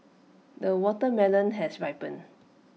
the watermelon has ripened